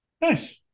Nice